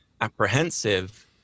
apprehensive